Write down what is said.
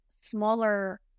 smaller